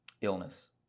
illness